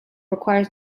requires